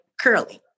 curly